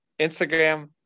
Instagram